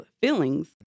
feelings